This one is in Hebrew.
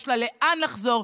יש לה לאן לחזור,